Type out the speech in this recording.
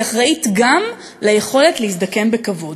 היא אחראית גם ליכולת להזדקן בכבוד.